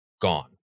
gone